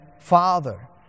Father